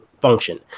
function